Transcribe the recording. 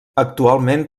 actualment